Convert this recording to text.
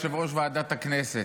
יושב-ראש ועדת הכנסת,